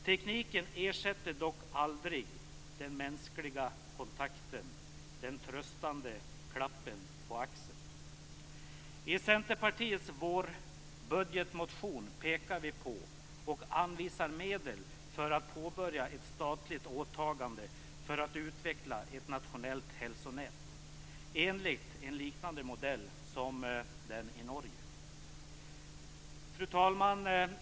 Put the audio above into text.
Tekniken ersätter dock aldrig den mänskliga kontakten, den tröstande klappen på axeln. I Centerpartiets vårbudgetmotion pekar vi på och anvisar medel för att påbörja ett statligt åtagande för att utveckla ett nationellt hälsonät, enligt en modell liknande den i Norge. Fru talman!